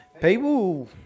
people